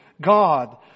God